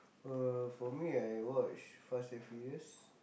uh for me I watch fast and furious